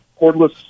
cordless